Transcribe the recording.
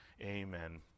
amen